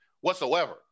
whatsoever